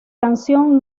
canción